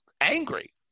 angry